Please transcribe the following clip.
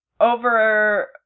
over